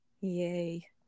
yay